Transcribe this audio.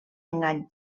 engany